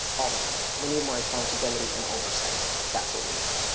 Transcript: all the time. we need more accountability and oversight. that's what we need.